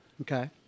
Okay